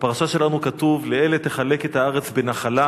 בפרשה שלנו כתוב: "לאלה תחלק את הארץ בנחלה